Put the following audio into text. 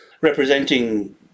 representing